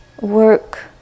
work